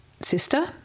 sister